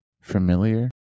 familiar